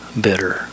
bitter